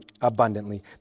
abundantly